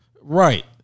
Right